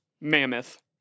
Mammoth